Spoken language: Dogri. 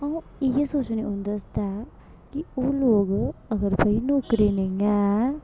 आ'ऊं इ'यै सोचनी उं'दे आस्तै कि ओह् लोक अगर भाई नौकरी नेईं ऐ